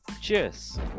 Cheers